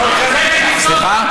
סליחה?